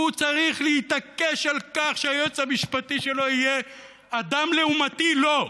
הוא צריך להתעקש על כך שהיועץ המשפטי שלו יהיה אדם לעומתי לו.